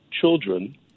children